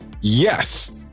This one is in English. Yes